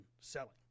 selling